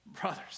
brothers